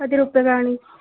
कति रूप्यकाणि